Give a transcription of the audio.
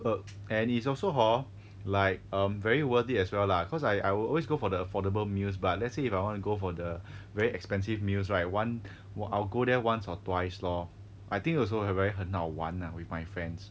err and it's also hor like um very worth it as well lah cause I I will always go for the affordable meals but let's say if I want to go for the very expensive meals right [one] I I'll go there once or twice lor I think also 很 very 很好玩 lah with my friends